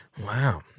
Wow